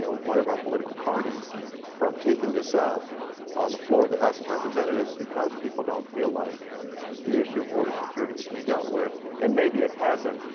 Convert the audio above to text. ah one of our political parties from taking this up on the floor of the house of representatives because people don't feel like the issue of border security has been dealt with, and maybe it hasn't,